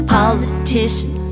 politician